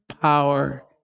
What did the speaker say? power